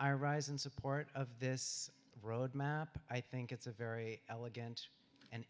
i rise in support of this roadmap i think it's a very elegant and